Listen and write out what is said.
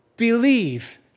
believe